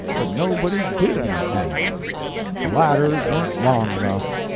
but nobody did anything. the ladders weren't long enough.